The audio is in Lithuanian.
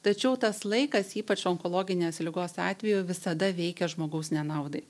tačiau tas laikas ypač onkologinės ligos atveju visada veikia žmogaus nenaudai